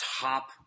top